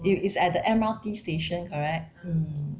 it is at the M_R_T station correct